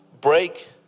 break